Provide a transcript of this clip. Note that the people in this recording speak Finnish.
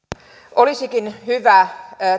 olisikin hyvä